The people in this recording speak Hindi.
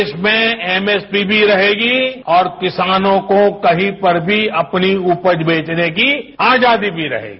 देश में एमएसपी भी रहेगी और किसानों को कहीं पर भी अपनी उपज बेचने की आजादी भी रहेगी